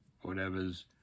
whatever's